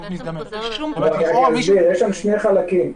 המשפט מורכב משני חלקים.